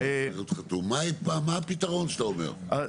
לא חתום, מה הפתרון שאתה אומר?